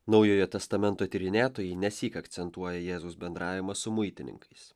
naujojo testamento tyrinėtojai nesyk akcentuoja jėzaus bendravimą su muitininkais